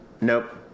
Nope